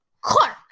Clark